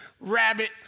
rabbit